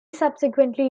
subsequently